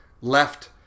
left